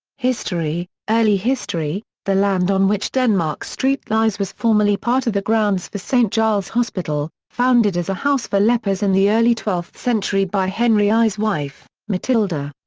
history early history the land on which denmark street lies was formerly part of the grounds for st giles hospital, founded as a house for lepers in the early twelfth century by henry i's wife, matilda.